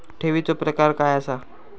ठेवीचो प्रकार काय असा?